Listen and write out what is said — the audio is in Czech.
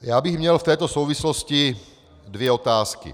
Já bych měl v této souvislosti dvě otázky.